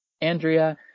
Andrea